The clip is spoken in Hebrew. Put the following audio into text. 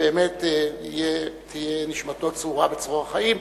תהיה נשמתו צרורה בצרור החיים.